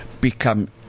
become